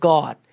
God